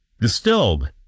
distilled